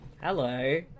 Hello